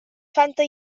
fanta